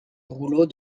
rouleaux